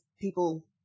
people